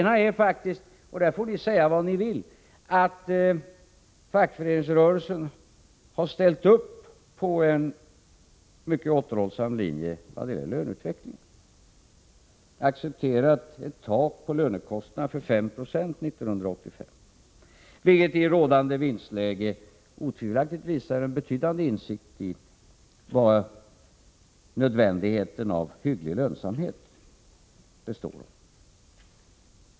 Ni får säga vad ni vill, men fackföreningsrörelsen har ställt upp på en mycket återhållsam linje i vad gäller löneutvecklingen och har accepterat ett tak för lönekostnaderna på 5 96 under 1985. I rådande vinstläge visar detta otvivelaktigt en betydande insikt om vari nödvändigheten av hygglig lönsamhet består.